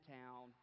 town